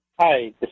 Hi